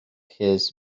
his